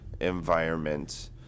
environment